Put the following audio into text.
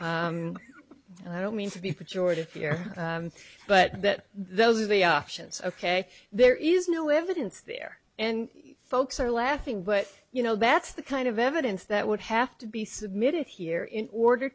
may and i don't mean to be pejorative here but that those are the options ok there is no evidence there and folks are laughing but you know that's the kind of evidence that would have to be submitted here in order